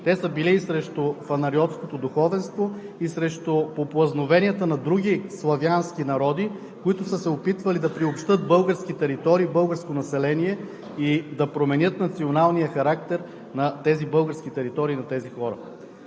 те са били и срещу фанариотското духовенство, и срещу попълзновенията на други славянски народи, които са се опитвали да приобщят български територии, българско население и да променят националния характер на тези български територии и на тези хора.